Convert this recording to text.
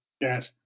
Yes